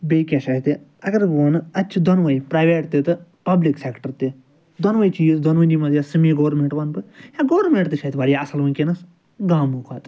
بیٚیہِ کیٛاہ چھُ اَتہِ اَگر بہٕ وَنہٕ اَتہِ چھِ دۄنؤے پرٛایویٹ تہِ تہٕ پَبلِک سیٚکٹَر تہِ دۄنؤے چیٖز دۄنؤنی منٛز یا سیٚمی گورمیٚنٛٹ وَنہٕ بہٕ یا گورمیٚنٛٹ تہِ چھِ اَتہِ واریاہ اصٕل وُنٛکیٚس گامو کھۄتہٕ